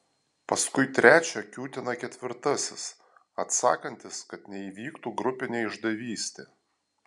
paskui trečią kiūtina ketvirtasis atsakantis kad neįvyktų grupinė išdavystė